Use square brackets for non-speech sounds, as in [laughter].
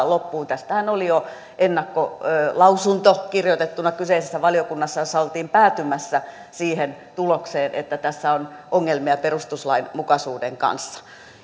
[unintelligible] loppuun tästähän oli jo ennakkolausunto kirjoitettuna kyseisessä valiokunnassa jossa oltiin päätymässä siihen tulokseen että tässä on ongelmia perustuslainmukaisuuden kanssa